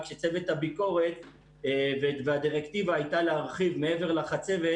רק שצוות הביקורת והדירקטיבה הייתה להרחיב מעבר לחצבת,